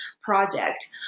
project